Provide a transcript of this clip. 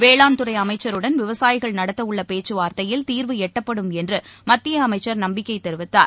வேளாண் துறைஅமைச்சருடன் விவசாயிகள் நடத்தவுள்ளபேச்சுவாா்த்தையில் தீா்வு எட்டப்படும் என்றுமத்தியஅமைச்சர் நம்பிக்கைதெரிவித்தார்